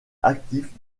actif